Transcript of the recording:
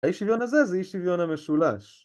האי שוויון הזה, זה אי שוויון המשולש.